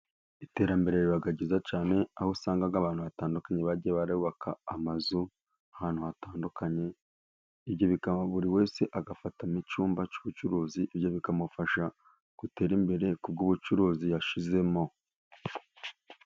Iterambere riba ryiza cyane, aho usanga abantu batandukanye bagiye bubaka amazu ahantu hatandukanye. Ibyo bigaha buri wese afatamo icyumba cy'ubucuruzi. ibyo bikamufasha gutera imbere kubwo ubucuruzi yashizemo.